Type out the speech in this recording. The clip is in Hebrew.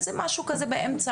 אז זה משהו כזה באמצע,